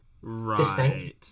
Right